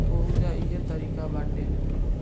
ओहुजा इहे तारिका बाटे